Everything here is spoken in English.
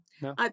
No